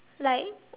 like